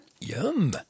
Yum